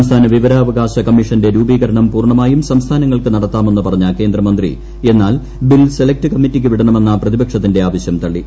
സംസ്ഥാന വിവരാവകാശ കമ്മീഷന്റെ രൂപീകരണം പൂർണമായും സംസ്ഥാനങ്ങൾക്ക് നടത്താമെന്ന് പറഞ്ഞ കേന്ദ്രമന്ത്രി എന്നാൽ ബിൽ സെലക്ട് കമ്മിറ്റിയ്ക്ക് വിടണമെന്ന പ്രതിപക്ഷത്തിന്റ് ആവശ്യം തള്ളി